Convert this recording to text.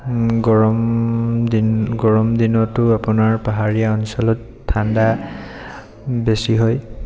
গৰমদিন গৰমদিনতো আপোনাৰ পাহাৰীয়া অঞ্চলত ঠাণ্ডা বেছি হয়